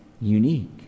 unique